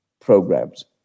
programs